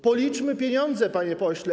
Policzmy pieniądze, panie pośle.